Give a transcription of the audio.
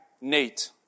Nate